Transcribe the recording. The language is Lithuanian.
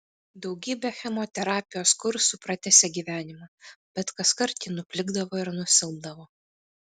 daugybė chemoterapijos kursų pratęsė gyvenimą bet kaskart ji nuplikdavo ir nusilpdavo